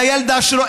לילדה שלו,